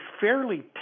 fairly